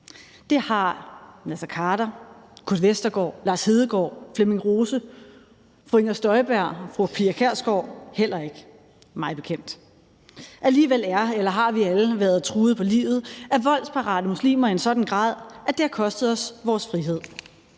Det har Naser Khader, Kurt Westergaard, Lars Hedegaard, Flemming Rose, fru Inger Støjberg og fru Pia Kjærsgaard mig bekendt heller ikke. Alligevel er eller har vi alle været truet på livet af voldsparate muslimer i en sådan grad, at det har kostet os vores frihed.